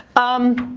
um,